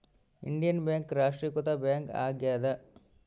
Indian bank ರಾಷ್ಟ್ರೀಕೃತ bank ಆಗ್ಯಾದ